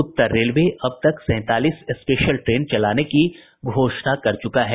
उत्तर railway अब तक सैंतालीस स्पेशल ट्रेन चलाने की घोषणा कर चुका है